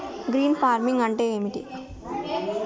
Green farming అంటే ఏమిటి?